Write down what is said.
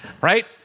Right